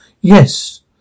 Yes